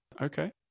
Okay